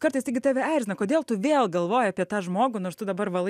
kartais taigi tave erzina kodėl tu vėl galvoji apie tą žmogų nors tu dabar valai